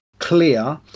Clear